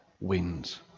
wins